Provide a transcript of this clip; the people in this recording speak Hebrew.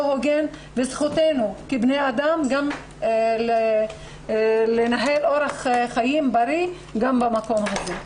הוגן וזכותנו כבני אדם גם לנהל אורח חיים בריא גם במקום הזה.